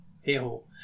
hey-ho